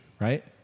right